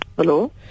Hello